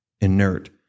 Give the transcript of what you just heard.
inert